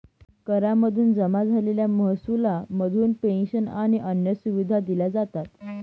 करा मधून जमा झालेल्या महसुला मधून पेंशन आणि अन्य सुविधा दिल्या जातात